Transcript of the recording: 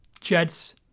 Jets